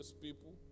people